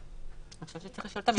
אני חושבת שצריך לשאול את המשטרה.